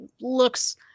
looks